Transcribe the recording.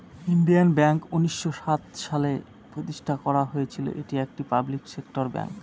Indian bank উনিশশো সাত সালে প্রতিষ্ঠান করা হয়েছিল এটি একটি পাবলিক সেক্টর ব্যাঙ্ক